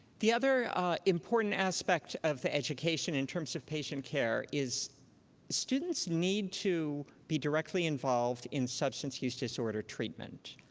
the other important aspect of the education in terms of patient care is students need to be directly involved in substance use disorder treatment,